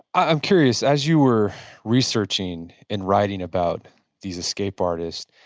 i'm curious, as you were researching and writing about these escape artists,